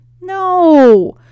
No